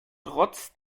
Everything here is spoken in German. trotz